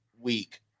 week